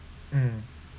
mm